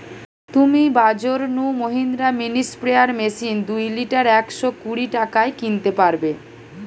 তুমি বাজর নু মহিন্দ্রা মিনি স্প্রেয়ার মেশিন দুই লিটার একশ কুড়ি টাকায় কিনতে পারবে